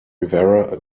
rivera